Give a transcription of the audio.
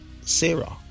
sarah